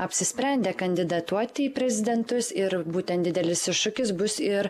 apsisprendė kandidatuoti į prezidentus ir būtent didelis iššūkis bus ir